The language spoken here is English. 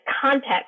context